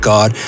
God